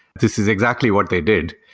this is exactly what they did.